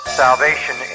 salvation